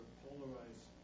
polarized